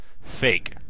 fake